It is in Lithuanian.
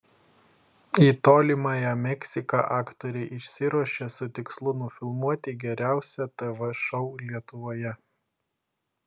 į tolimąją meksiką aktoriai išsiruošė su tikslu nufilmuoti geriausią tv šou lietuvoje